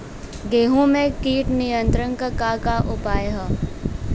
गेहूँ में कीट नियंत्रण क का का उपाय ह?